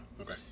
Okay